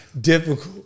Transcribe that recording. difficult